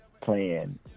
playing